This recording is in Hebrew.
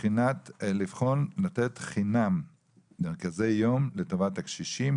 לבחון לתת חינם מרכזי יום לטובת הקשישים,